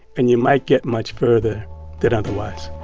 and you might get much further than otherwise